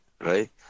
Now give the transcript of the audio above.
Right